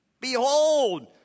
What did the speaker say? Behold